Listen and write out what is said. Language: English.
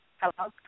Hello